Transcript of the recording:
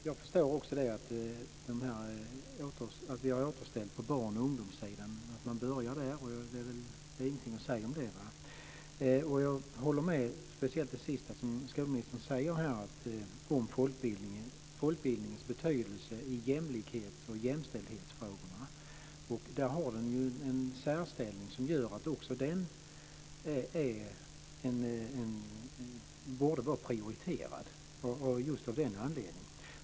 Fru talman! Också jag förstår att man börjar återställa på barn och ungdomssidan. Det är inte något att säga om det. Jag håller med speciellt det sista som skolministern säger här om folkbildningens betydelse för jämlikhets och jämställdhetsfrågorna. Den har där en särställning som gör att den borde vara prioriterad av just den anledningen.